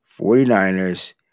49ers